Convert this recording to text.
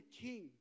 king